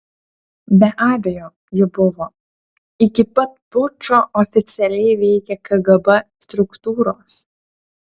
be abejo ji buvo iki pat pučo oficialiai veikė kgb struktūros